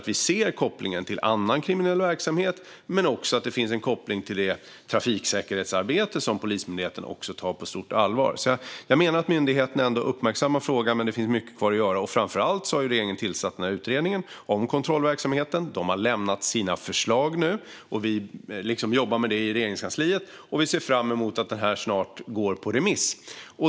Vi ser kopplingen till annan kriminell verksamhet, men också en koppling till trafiksäkerhetsarbete som Polismyndigheten tar på stort allvar. Jag menar att myndigheten ändå uppmärksammar frågan, men det finns mycket kvar att göra. Framför allt har regeringen tillsatt utredningen om kontrollverksamheten, som nu har lämnat sina förslag. Vi jobbar med dessa i Regeringskansliet och ser fram emot att de snart ska gå på remiss.